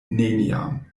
neniam